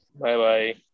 Bye-bye